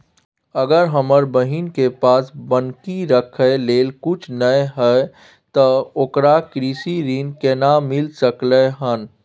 अगर हमर बहिन के पास बन्हकी रखय लेल कुछ नय हय त ओकरा कृषि ऋण केना मिल सकलय हन?